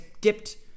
dipped